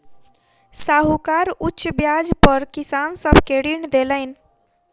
साहूकार उच्च ब्याज पर किसान सब के ऋण देलैन